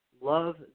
love